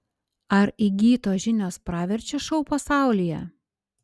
ar įgytos žinios praverčia šou pasaulyje